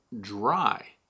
dry